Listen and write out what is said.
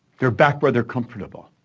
they're back where they're comfortable.